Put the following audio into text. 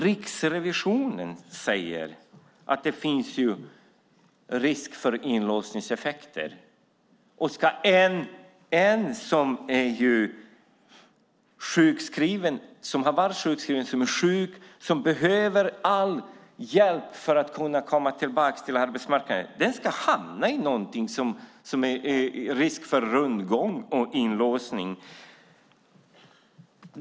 Riksrevisionen säger att det finns risk för inlåsningseffekter. Ska den som är sjuk och behöver all hjälp att komma tillbaka till arbetsmarknaden hamna i ett system där det finns risk för rundgång och inlåsning?